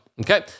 Okay